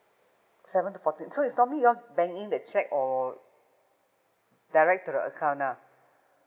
seven to fourteen so it's normally you'll bank in the check or direct to the account ah